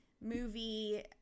movie